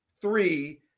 three